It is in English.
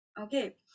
Okay